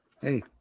Hey